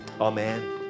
amen